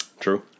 True